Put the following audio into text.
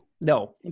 No